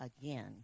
again